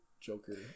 Joker